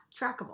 trackable